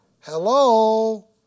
hello